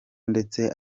ndetse